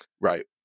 Right